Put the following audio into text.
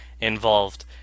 involved